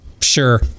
Sure